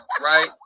Right